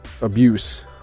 abuse